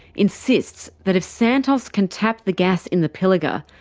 insists that if santos can tap the gas in the pilliga,